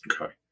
Okay